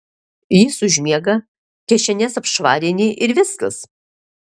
jis užmiega kišenes apšvarini ir viskas